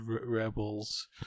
rebels